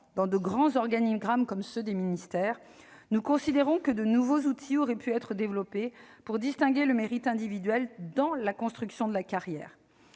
dans de grands organigrammes comme ceux des ministères, nous considérons que de nouveaux outils auraient pu être mis en place pour distinguer le mérite individuel dans la construction de la carrière.